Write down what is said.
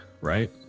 right